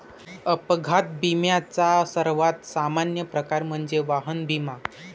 अपघात विम्याचा सर्वात सामान्य प्रकार म्हणजे वाहन विमा